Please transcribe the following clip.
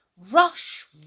Rush